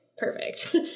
perfect